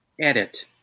edit